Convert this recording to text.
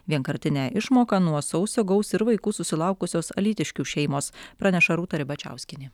vienkartinę išmoką nuo sausio gaus ir vaikų susilaukusios alytiškių šeimos praneša rūta ribačiauskienė